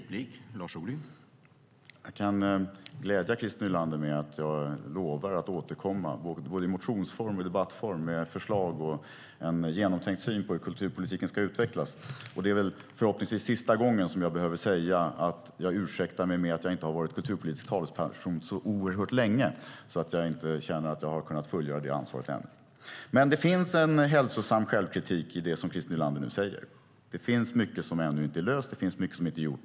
Herr talman! Jag kan glädja Christer Nylander med att jag lovar att återkomma i både motionsform och debattform med förslag och en genomtänkt syn på hur kulturpolitiken ska utvecklas. Det är förhoppningsvis sista gången som jag behöver säga att jag ursäktar mig med att jag inte har varit kulturpolitisk talesperson så oerhört länge och att jag därför inte känner att jag har kunnat fullgöra detta ansvar ännu. Men det finns en hälsosam självkritik i det som Christer Nylander nu säger. Det finns mycket som ännu inte är löst, och det finns mycket som inte är gjort.